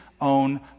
own